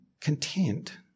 content